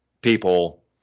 people